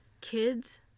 kids